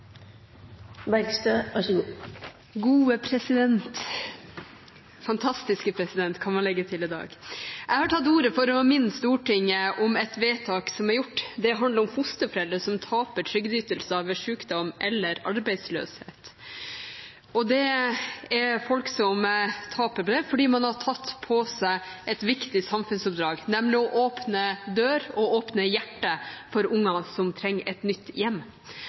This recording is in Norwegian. Gode president! Fantastiske president, kan man legge til i dag! Jeg har tatt ordet for å minne Stortinget om et vedtak som er gjort. Det handler om fosterforeldre som taper trygdeytelser ved sykdom eller arbeidsløshet. Dette er folk som taper på at man har tatt på seg et viktig samfunnsoppdrag, nemlig å åpne døra og hjertet for unger som trenger et nytt hjem.